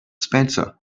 spencer